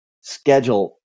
Schedule